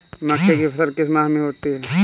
मक्के की फसल किस माह में होती है?